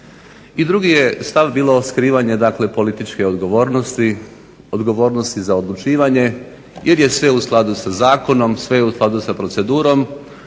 I drugi je stav bilo skrivanje, dakle političke odgovornosti, odgovornosti za odlučivanje jer je sve u skladu sa zakonom, sve je u skladu sa procedurom,